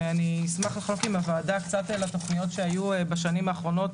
ואני אשמח לחלוק עם הוועדה קצת מהתכניות שהיו בשנים האחרונות,